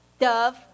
Dove